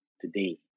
today